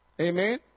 Amen